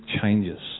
changes